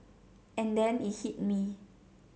and then it hit me